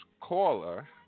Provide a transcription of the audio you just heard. caller